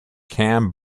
cam